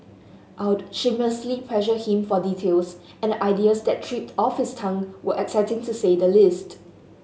I'll shamelessly pressed him for details and the ideas that tripped off his tongue were exciting to say the least